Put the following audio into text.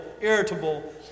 irritable